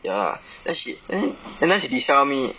ya lah then she then then now she disiao me